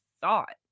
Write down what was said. thought